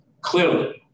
clearly